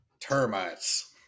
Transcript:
Termites